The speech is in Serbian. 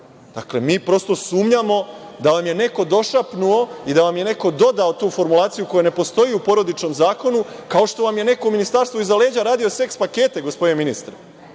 Mi prosto sumnjamo da vam je neko došapnuo i da vam je neko dodao tu formulaciju, koja ne postoji u Porodičnom zakonu, kao što vam je neko u Ministarstvu, iza leđa, radio seks pakete, gospodine ministre.